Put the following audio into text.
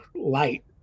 light